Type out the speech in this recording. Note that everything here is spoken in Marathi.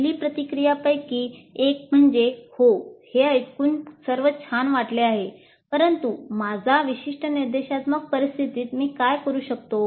पहिली प्रतिक्रियांपैकी एक म्हणजे हो हे ऐकून सर्व छान वाटले आहे परंतु माझ्या विशिष्ट निर्देशात्मक परिस्थितीत मी काय करू शकतो